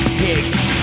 pigs